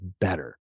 better